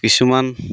কিছুমান